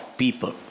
people